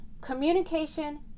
communication